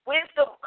Wisdom